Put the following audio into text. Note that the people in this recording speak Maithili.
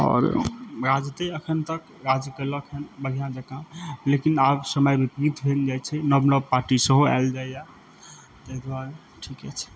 आओर राजदे एखन तक काज कयलक हन बढ़िआँ जकाँ लेकिन आब समय विपरित भेल जाइ छै नव नव पार्टी सेहो आयल जाइए तै दुआरे ठीके छै